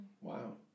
Wow